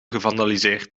gevandaliseerd